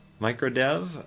MicroDev